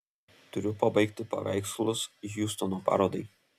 turiu pabaigti paveikslus hjustono parodai